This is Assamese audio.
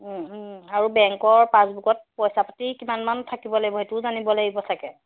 আৰু বেংকৰ পাছবুকত পইচা পাতি কিমানমান থাকিব লাগিব সেইটোও জানিব লাগিব চাগে